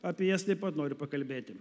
apie jas taip pat noriu pakalbėti